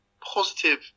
positive